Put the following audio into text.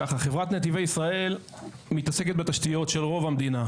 חברת נתיבי ישראל מתעסקת בתשתיות של רוב המדינה.